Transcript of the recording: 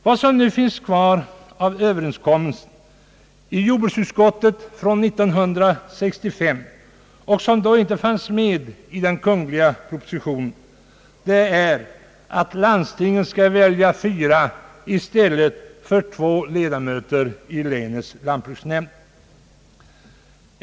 Vad som nu finns kvar av överenskommelsen i jordbruksutskottet från 1965 och som då inte fanns med i Kungl. Maj:ts proposition är att landstinget skall välja fyra i stället för två ledamöter i länets lantbruksnämnd.